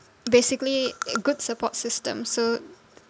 basically a good support system so